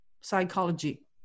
psychology